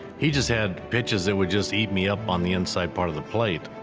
he just had pitches that would just eat me up on the inside part of the plate.